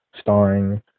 starring